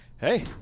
hey